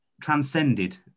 transcended